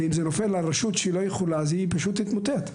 ואם זה נופל על רשות שלא יכולה, היא פשוט תתמוטט.